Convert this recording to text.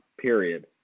period